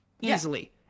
easily